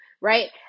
right